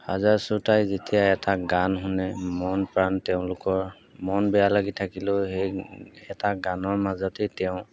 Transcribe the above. হাজাৰ শ্ৰোতাই যেতিয়া এটা গান শুনে মন প্ৰাণ তেওঁলোকৰ মন বেয়া লাগি থাকিলেও সেই এটা গানৰ মাজতেই তেওঁ